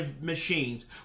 machines